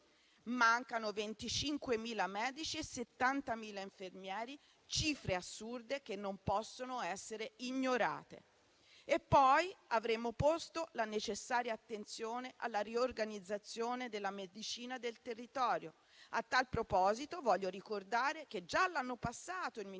Mancano 25.000 medici e 70.000 infermieri; cifre assurde che non possono essere ignorate. E poi avremmo posto la necessaria attenzione alla riorganizzazione della medicina del territorio. A tal proposito voglio ricordare che già l'hanno passato il ministro